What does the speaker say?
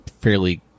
fairly